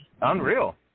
Unreal